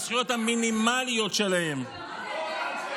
בזכויות המינימליות שלהן.